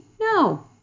No